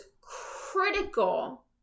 critical